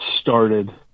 started